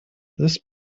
this